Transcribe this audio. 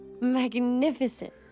magnificent